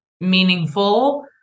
meaningful